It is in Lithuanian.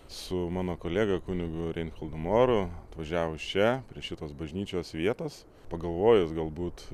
su mano kolega kunigu rinhardu moru atvažiavus čia prie šitos bažnyčios vietos pagalvojus galbūt